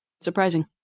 Surprising